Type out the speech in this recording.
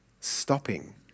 stopping